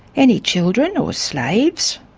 any children or slaves?